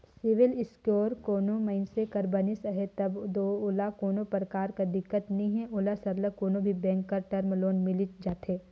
CIBIL score कोनो मइनसे कर बनिस अहे तब दो ओला कोनो परकार कर दिक्कत नी हे ओला सरलग कोनो भी बेंक कर टर्म लोन मिलिच जाथे